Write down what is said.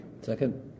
Second